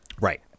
Right